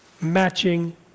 matching